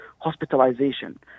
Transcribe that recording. hospitalization